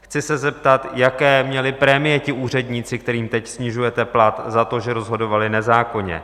Chci se zeptat, jaké měli prémie ti úředníci, kterým teď snižujete plat za to, že rozhodovali nezákonně?